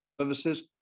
Services